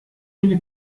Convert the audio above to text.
viele